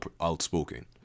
outspoken